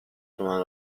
تومن